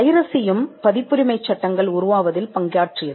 பைரசியும் பதிப்புரிமைச் சட்டங்கள் உருவாவதில் பங்காற்றியது